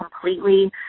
completely